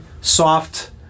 soft